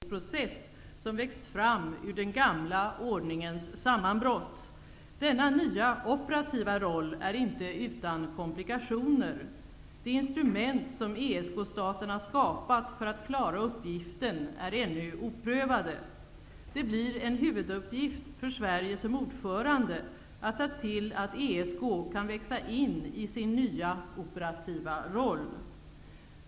Fru talman! Att bygga broar, att främja stabilitet genom att skapa ett minimum av förtroende över den blockgräns som gick rakt igenom Europa var ESK:s huvuduppgift under det kalla kriget. Det sovjetiska imperiet har nu fallit, och inte enbart Tyskland utan en hel kontinent är återförenad. Parisstadga från 1990, ger oss en enastående möjlighet till en europeisk freds och samarbetsordning. ESK måste kunna hantera den förändringsprocess som växt fram ur den gamla ordningens sammanbrott. Denna nya operativa roll är inte utan komplikationer. De instrument som ESK-staterna skapat för att klara uppgiften är ännu oprövade. Det blir en huvuduppgift för Sverige i egenskap av ordförandeland att se till att ESK kan växa in i sin nya operativa roll.